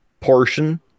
portion